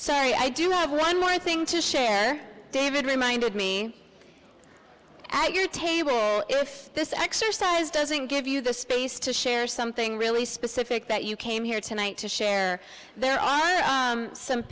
sorry i do loveline my thing to share david reminded me agger table if this exercise doesn't give you the space to share something really specific that you came here tonight to share there are some